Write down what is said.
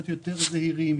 להיות יותר זהירים,